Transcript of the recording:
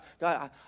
God